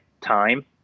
time